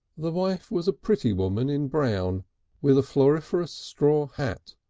the wife was a pretty woman in brown with a floriferous straw hat,